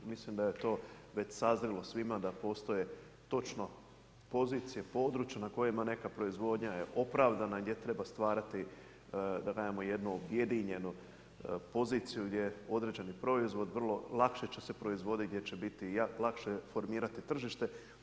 Mislim daj je to već sazrelo svima da postoje točno pozicije, područja na kojima neka proizvodnja je opravdana, gdje treba stvarati jednu ujedinjenju poziciju gdje određeni proizvod vrlo lakše će se proizvoditi, gdje će biti lakše formirati tržište.